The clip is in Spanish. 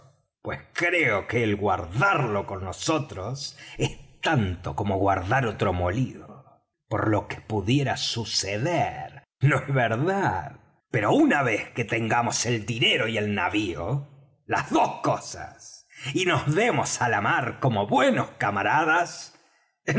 pues creo que el guardarlo con nosotros es tanto como guardar oro molido por lo que pudiera suceder no es verdad pero una vez que tengamos el dinero y el navío las dos cosas y nos demos á la mar como buenos camaradas